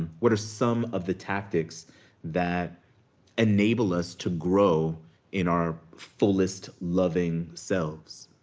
what are some of the tactics that enable us to grow in our fullest, loving selves?